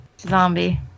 zombie